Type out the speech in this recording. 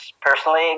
personally